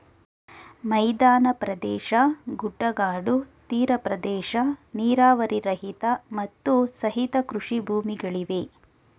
ಮೈದಾನ ಪ್ರದೇಶ, ಗುಡ್ಡಗಾಡು, ತೀರ ಪ್ರದೇಶ, ನೀರಾವರಿ ರಹಿತ, ಮತ್ತು ಸಹಿತ ಕೃಷಿ ಭೂಮಿಗಳಿವೆ